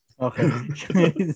Okay